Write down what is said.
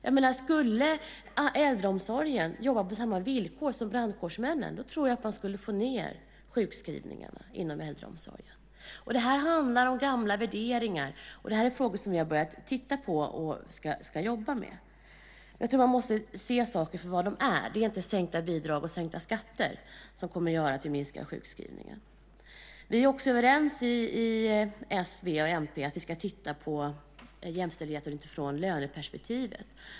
Skulle man i äldreomsorgen jobba på samma villkor som brandkårsmännen så tror jag att man skulle få ned sjukskrivningarna där. Det handlar om gamla värderingar. Detta är frågor som vi har börjat titta på och ska jobba med. Jag tror att man måste se saker för vad de är. Det är inte sänkta bidrag och sänkta skatter som kommer att göra att vi minskar sjukskrivningarna. Vi är överens i s, v och mp om att vi ska titta på jämställdheten i löneperspektivet.